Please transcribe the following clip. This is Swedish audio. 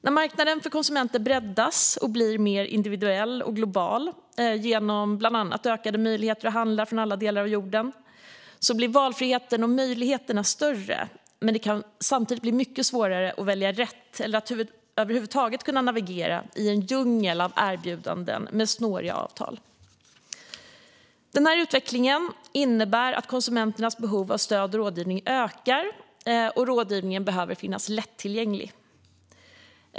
När marknaden för konsumenter breddas och blir mer individuell och global genom bland annat ökade möjligheter att handla från alla delar av jorden blir valfriheten och möjligheterna större. Samtidigt kan det bli mycket svårare att välja rätt eller att över huvud taget kunna navigera i en djungel av erbjudanden med snåriga avtal. Denna utveckling innebär att konsumenternas behov av stöd och rådgivning ökar och att rådgivningen behöver finnas lättillgänglig.